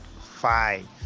Five